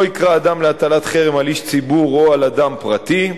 לא יקרא אדם להטלת חרם על איש ציבור או על אדם פרטי,